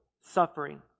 suffering